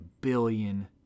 billion